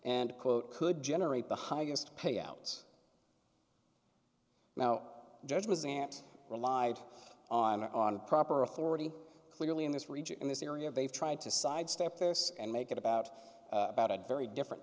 and quote could generate the highest payouts now judgments and relied on on proper authority clearly in this region in this area they've tried to sidestep this and make it about about a very different